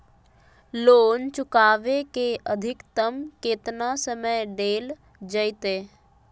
Loan चुकाबे के अधिकतम केतना समय डेल जयते?